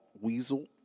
weasel